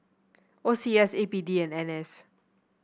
O C S A P D and N S